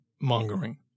mongering